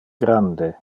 grande